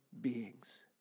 beings